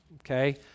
okay